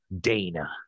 Dana